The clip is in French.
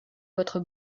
votre